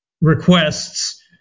requests